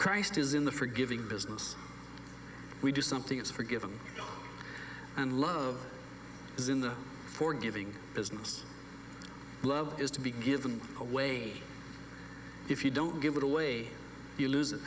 christ is in the forgiving business we do something it's forgiven and love is in the forgiving business love is to be given away if you don't give it away you lose it